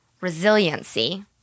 resiliency